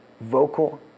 vocal